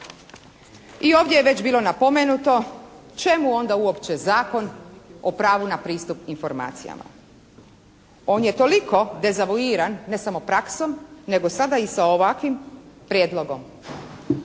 I ovdje je već bilo napomenuto, čemu onda uopće Zakon o pravu na pristup informacijama? On je toliko dezavuiran ne samo praksom nego sada i sa ovakvim prijedlogom.